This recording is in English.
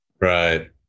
Right